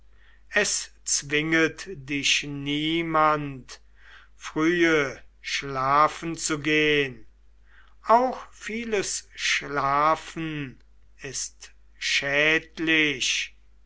es zwinget dich niemand frühe schlafen zu gehn auch vieles schlafen ist schädlich